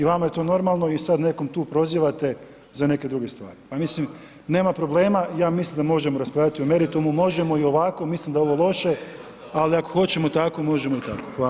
I vama je to normalno i sad nekog tu prozivate za neke druge stvari, pa mislim, nema problema, ja mislim da možemo raspravljati o meritumu, možemo i ovako, mislim da je ovo loše ali ako hoćemo i tako, možemo i tako, hvala.